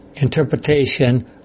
interpretation